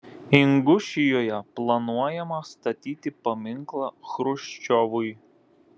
ingušijoje planuojama statyti paminklą chruščiovui